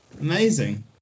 Amazing